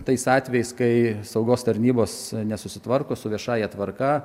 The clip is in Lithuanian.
tais atvejais kai saugos tarnybos nesusitvarko su viešąja tvarka